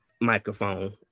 microphone